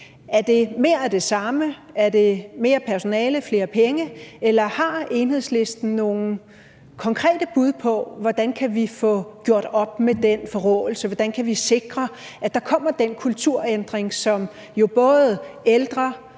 Er det mere af det samme, er det mere personale, flere penge, eller har Enhedslisten nogle konkrete bud på, hvordan vi kan få gjort op med den forråelse? Hvordan kan vi sikre, at der kommer den kulturændring, som jo både ældre,